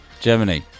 Germany